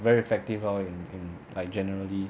very effective lor in in like generally